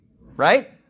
right